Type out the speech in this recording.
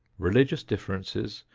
religious differences,